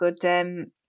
Good